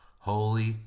Holy